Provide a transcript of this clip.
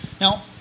Now